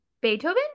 Beethoven